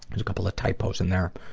there's a couple of typos in there.